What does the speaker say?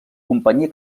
companyia